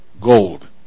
gold